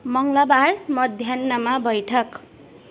मङ्गलवार मध्याह्नमा बैठक